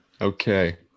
Okay